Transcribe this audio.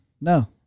No